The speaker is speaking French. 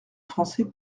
français